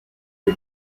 the